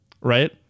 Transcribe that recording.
Right